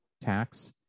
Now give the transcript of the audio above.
tax